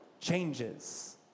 changes